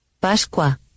Pascua